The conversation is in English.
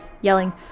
yelling